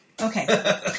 Okay